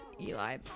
Eli